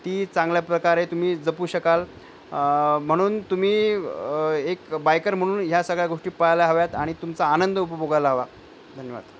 ती चांगल्या प्रकारे तुम्ही जपू शकाल म्हणून तुम्ही एक बायकर म्हणून ह्या सगळ्या गोष्टी पाळायला हव्यात आणि तुमचा आनंद उपभोगायला हवा धन्यवाद